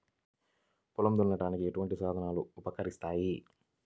పొలం దున్నడానికి ఎటువంటి సాధనలు ఉపకరిస్తాయి?